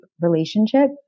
relationship